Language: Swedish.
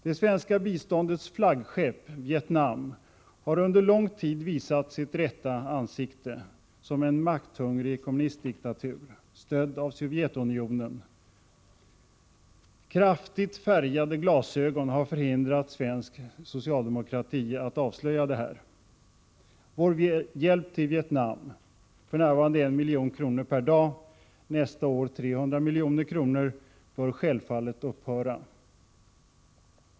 Det svenska biståndets flaggskepp Vietnam har under lång tid visat sitt rätta ansikte, som en makthungrig kommunistdiktatur, stödd av Sovjetunionen. Kraftigt färgade glasögon har förhindrat svensk socialdemokrati att avslöja detta. Vår hjälp till Vietnam — för närvarande 1 milj.kr. per dag, nästa år 300 milj.kr. — bör självfallet upphöra.